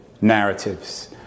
narratives